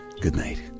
goodnight